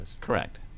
Correct